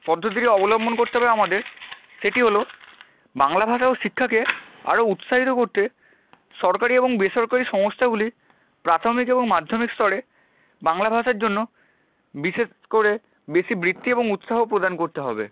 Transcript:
পদ্ধতির অবলম্বন করতে হবে আমাদের সেটি হল বাংলা ভাষা ও শিক্ষাকে আরও উৎসাহিত করতে সরকারি এবং বেসরকারি সংস্থাগুলি প্রাথমিক এবং মাধ্যমিক স্তরে বাংলা ভাষার জন্য বিশেষ করে বেশি বৃত্তি এবং উৎসাহ প্রদান করতে হবে